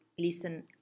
listen